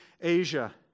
Asia